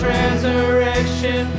resurrection